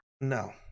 No